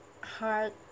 hard